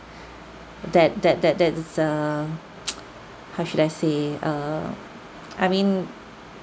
that that that that's err how should I say err I mean